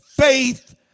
faith